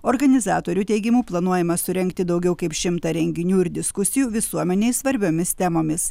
organizatorių teigimu planuojama surengti daugiau kaip šimtą renginių ir diskusijų visuomenei svarbiomis temomis